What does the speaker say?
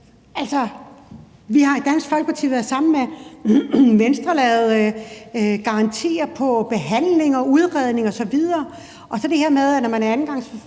vi har i Dansk Folkeparti sammen med Venstre lavet garantier på behandling og udredning osv.,